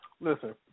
listen